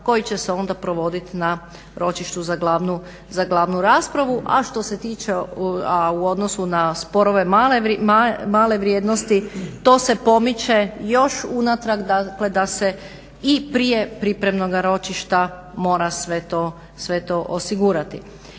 koji će se onda provoditi na ročištu za glavnu raspravu, a što se tiče a u odnosu na sporove male vrijednosti to se pomiče još unatrag. Dakle, da se i prije pripremnoga ročišta mora sve to osigurati.